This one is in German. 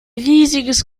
riesiges